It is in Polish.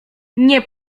nie